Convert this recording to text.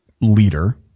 leader